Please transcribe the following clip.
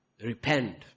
Repent